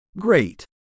Great